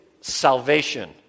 salvation